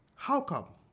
how come?